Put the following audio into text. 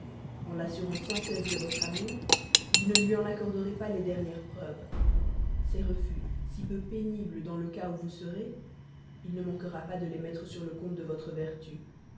en l'assurant sans cesse de votre amour vous ne lui en accorderez pas les dernières preuves ces refus si peu pénibles dans le cas où vous serez il ne manquera pas de les mettre sur le compte de votre vertu